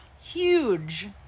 Huge